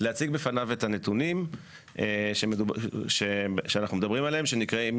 להציג בפניו את הנתונים שאנחנו מדברים עליהם ונקראים